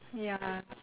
ya